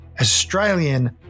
Australian